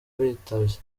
bitavye